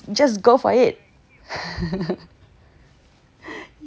just go for it